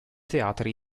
teatri